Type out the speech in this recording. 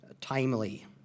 timely